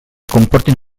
comportin